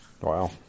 Wow